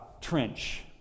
trench